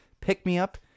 pick-me-up